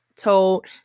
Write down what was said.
told